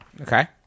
Okay